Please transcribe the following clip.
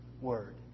word